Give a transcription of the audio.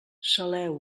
saleu